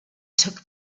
took